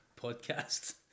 podcast